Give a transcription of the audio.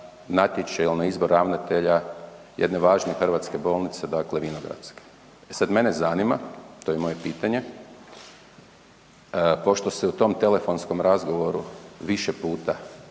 natječaj za izbor ravnatelja jedne važne hrvatske bolnice, dakle Vinogradske. E sada mene zanima, to je moje pitanje, pošto se u tom telefonskom razgovoru više puta